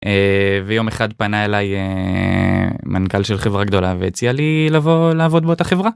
ויום אחד פנה אליי מנכל של חברה גדולה והציע לי לבוא לעבוד באותה חברה.